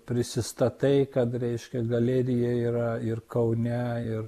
prisistatai kad reiškia galerija yra ir kaune ir